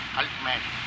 ultimate